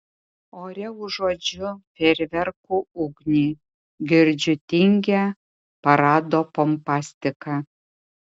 ore užuodžiu fejerverkų ugnį girdžiu tingią parado pompastiką